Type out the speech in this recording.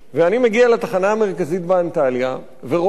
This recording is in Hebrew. ואני מגיע לתחנה המרכזית באנטליה ורואה,